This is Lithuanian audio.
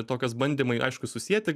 tokios bandymai aišku susieti